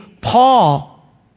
Paul